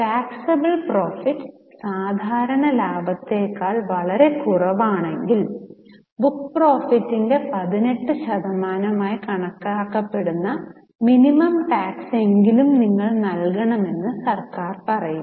taxable profit സാധാരണ ലാഭത്തേക്കാൾ വളരെ കുറവാണെങ്കിൽ ബുക്ക് പ്രോഫിറ്റ്റിന്റെ 18 ശതമാനമായി കണക്കാക്കപ്പെടുന്ന മിനിമം ടാക്സെങ്കിലും നിങ്ങൾ നൽകണമെന്ന് സർക്കാർ പറയുന്നു